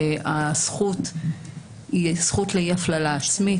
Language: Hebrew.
הזכות היא זכות לאי הפללה עצמית.